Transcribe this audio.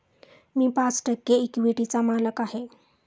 मी पाच टक्के इक्विटीचा मालक आहे